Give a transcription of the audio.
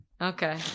Okay